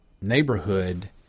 neighborhood